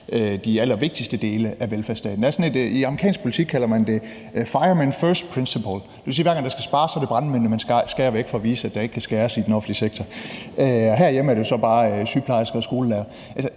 de allervigtigste dele af velfærdsstaten. I amerikansk politik har man sådan et princip, man kalder the firemen first principle. Det vil sige, at hver gang der skal spares, er det brandmændene, man skærer væk for at vise, at der ikke kan skæres i den offentlige sektor. Herhjemme er det jo så bare sygeplejersker og skolelærere.